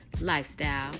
lifestyle